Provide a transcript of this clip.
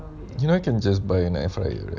so you know you can just buy an air fryer right